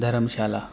Dharam Shehla